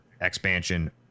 expansion